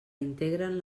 integren